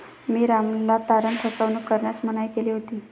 मी रामला तारण फसवणूक करण्यास मनाई केली होती